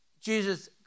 Jesus